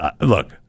Look